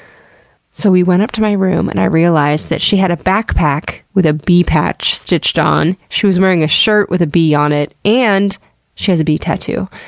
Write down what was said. so, we went up to my room and i realized that she had a backpack with a bee patch stitched on, she was wearing a shirt with a bee on it, and she has a bee tattoo.